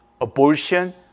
abortion